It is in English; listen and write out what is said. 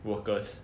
workers